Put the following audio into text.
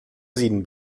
sieden